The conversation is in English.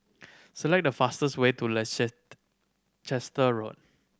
select the fastest way to Road